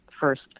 first